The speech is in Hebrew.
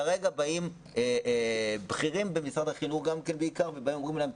כרגע באים בכירים במשרד החינוך ואומרים להם,